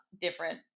different